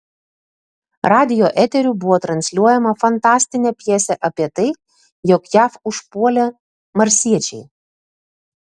radijo eteriu buvo transliuojama fantastinė pjesė apie tai jog jav užpuolė marsiečiai